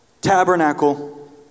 tabernacle